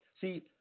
See